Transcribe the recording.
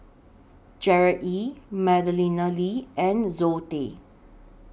Gerard Ee Madeleine Lee and Zoe Tay